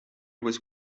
was